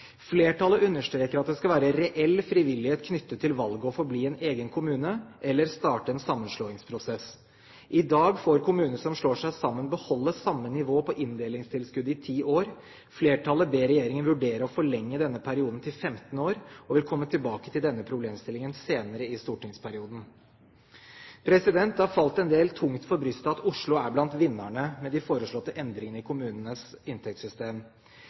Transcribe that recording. Flertallet understreker at det skal være reell frivillighet knyttet til valget å forbli en egen kommune, eller starte en sammenslåingsprosess. I dag får kommuner som slår seg sammen, beholde samme nivå på inndelingstilskuddet i ti år. Flertallet ber regjeringen vurdere å forlenge denne perioden til 15 år, og vil komme tilbake til denne problemstillingen senere i stortingsperioden. Det har falt en del tungt for brystet at Oslo er en av vinnerne i de foreslåtte endringene i kommunenes inntektssystem.